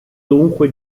dunque